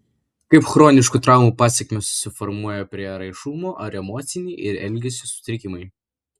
kaip chroniškų traumų pasekmė susiformuoja prieraišumo ar emociniai ir elgesio sutrikimai